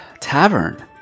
tavern